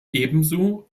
ebenso